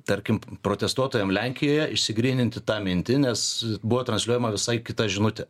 tarkim protestuotojam lenkijoje išsigryninti tą mintį nes buvo transliuojama visai kita žinutė